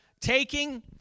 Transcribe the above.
taking